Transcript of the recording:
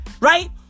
right